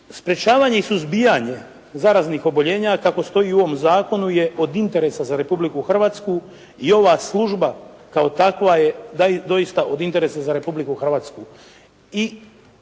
Sprječavanje i suzbijanje zaraznih oboljenja kako stoji u ovom zakonu je od interesa za Republiku Hrvatsku i ova služba kao takva je da je doista od interesa za Republiku Hrvatsku.